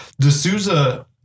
D'Souza